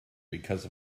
because